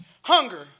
Hunger